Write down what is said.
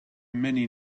many